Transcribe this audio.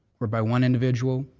were by one individual,